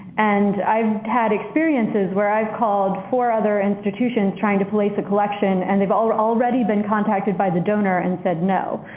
and i've had experiences where i've called four other institutions trying to place a collection and they've already been contacted by the donor and said no.